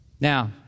Now